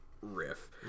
Riff